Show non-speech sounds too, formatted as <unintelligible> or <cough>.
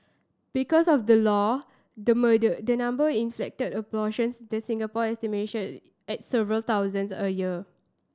because of the law the <unintelligible> the number in illicit abortions this Singapore estimation at several thousands a year